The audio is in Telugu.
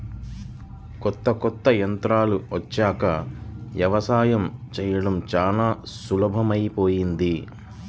కొత్త కొత్త యంత్రాలు వచ్చాక యవసాయం చేయడం చానా సులభమైపొయ్యింది